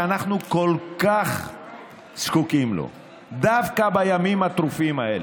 שאנחנו כל כך זקוקים לו דווקא בימים הטרופים האלה,